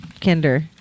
Kinder